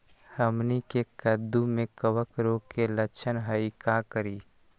हमनी के कददु में कवक रोग के लक्षण हई का करी?